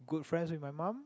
good friends with my mum